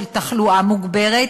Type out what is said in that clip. של תחלואה מוגברת,